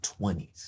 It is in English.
20s